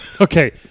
Okay